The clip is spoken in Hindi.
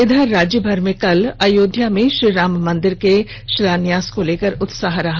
इधर राज्य भर में कल अयोध्या में श्रीराम मंदिर के शिलान्यास को लेकर उत्साह रहा